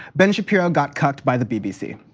ben shapiro got cut by the bbc.